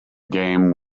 game